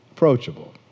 Approachable